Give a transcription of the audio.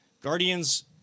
Guardians